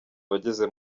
abageze